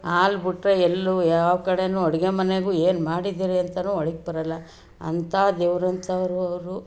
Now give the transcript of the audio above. ಹಾಲ್ಬಿಟ್ರೆ ಎಲ್ಲೂ ಯಾವ ಕಡೆಯೂ ಅಡುಗೆ ಮನೆಗೂ ಏನು ಮಾಡಿದೀರಿ ಅಂತಾನೂ ಒಳಕ್ಕೆ ಬರೋಲ್ಲ ಅಂಥಾ ದೇವ್ರಂಥವ್ರು ಅವರು